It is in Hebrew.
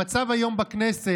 המצב היום בכנסת,